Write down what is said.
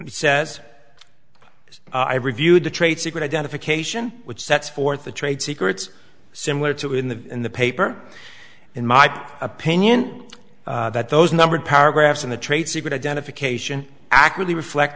he says i reviewed the trade secret identification which sets forth the trade secrets similar to in the in the paper in my opinion that those numbered paragraphs in the trade secret identification accurately reflect